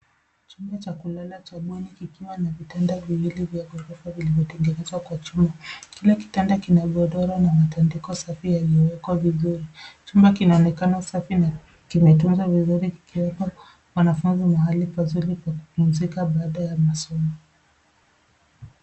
Chumba cha kulala cha bweni kikiwa na vitanda viwili vya ghorofa vilivyotengenezwa kwa chuma. Kila kitanda kina godoro na matandiko safi yaliyowekwa vizuri. Chumba kinaonekana safi na kimetunzwa vizuri kikiweka wanafunzi mahali pazuri pa kupumzika baada ya masomo.